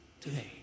today